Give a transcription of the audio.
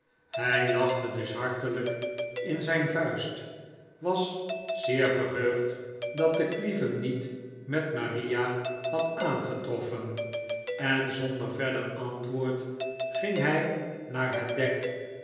hij lachte dus hartelijk in zijn vuist was zeer verheugd dat de cleave hem niet met maria had aangetroffen en zonder verder antwoord ging hij naar het dek